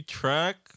track